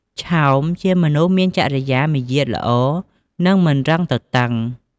ឆោម ជាមនុស្សដែលមានចរិយាមាយាទល្អ និងមិនរឹងទទឹង។